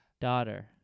Daughter